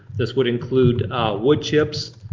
this would include wood chips,